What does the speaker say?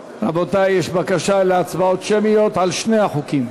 רבותי, יש בקשה להצבעות שמיות על שני החוקים.